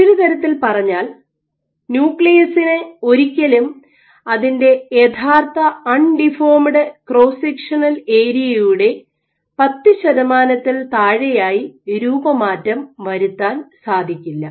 മറ്റൊരു തരത്തിൽ പറഞ്ഞാൽ ന്യൂക്ലിയസിന് ഒരിക്കലും അതിൻറെ യഥാർത്ഥ അൺഡീഫോമഡ് ക്രോസ് സെക്ഷണൽ ഏരിയയുടെ 10 ശതമാനത്തിൽ താഴെയായി രൂപമാറ്റം വരുത്താൻ സാധിക്കില്ല